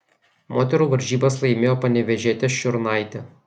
moterų varžybas laimėjo panevėžietė šiurnaitė